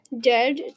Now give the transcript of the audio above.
Dead